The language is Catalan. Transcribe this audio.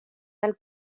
del